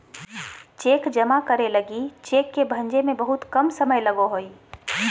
cheque जमा करे लगी लगी चेक के भंजे में बहुत कम समय लगो हइ